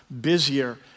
busier